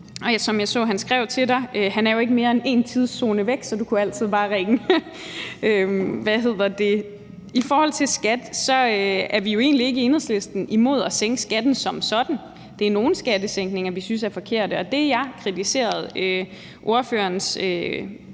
og som jeg så han skrev til dig, er han jo ikke mere end en tidszone væk, så du kunne altid bare ringe. I forhold til skat er vi jo egentlig ikke i Enhedslisten imod at sænke skatten som sådan. Det er nogle skattesænkninger, vi synes er forkerte, og det, jeg kritiserede ordførerens